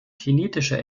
kinetischer